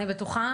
אני בטוחה,